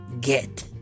get